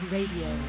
Radio